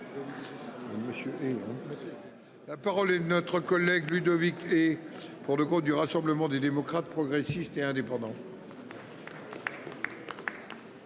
La parole est notre collègue Ludovic et pour le compte du Rassemblement des démocrates, progressistes et indépendants.